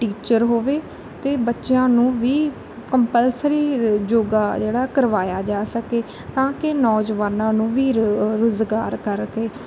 teacher ਹੋਵੇ ਅਤੇ ਬੱਚਿਆਂ ਨੂੰ ਵੀ ਕੰਪਲਸਰੀ ਯੋਗਾ ਜਿਹੜਾ ਕਰਵਾਇਆ ਜਾ ਸਕੇ ਤਾਂ ਕਿ ਨੌਜਵਾਨਾਂ ਨੂੰ ਵੀ ਰੋ ਰੁਜ਼ਗਾਰ ਕਰਕੇ